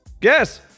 Guess